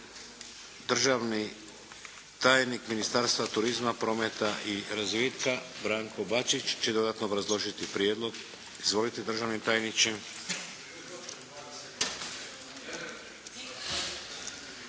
Državni tajnik Ministarstva turizma, prometa i razvitka Branko Bačić će dodatno obrazložiti prijedlog. Izvolite državni tajniče.